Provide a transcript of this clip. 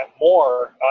more